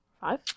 five